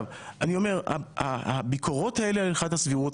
אני אומר שהביקורת האלה על הלכת הסבירות,